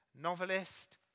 novelist